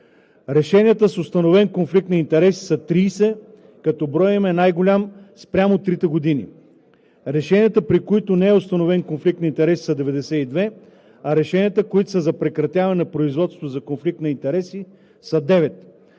Решенията с установен конфликт на интереси са 30, като броят им е най-голям спрямо трите години. Решенията, при които не е установен конфликт на интереси, са 92, а решенията, които са за прекратяване на производство за конфликт на интереси, са 9.